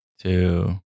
two